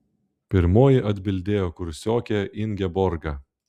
pirmoji atbildėjo kursiokė ingeborga